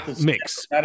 mix